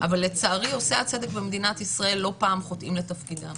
אבל לצערי עושי צדק במדינת ישראל לא פעם חוטאים לתפקידם,